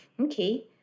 Okay